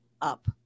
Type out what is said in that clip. up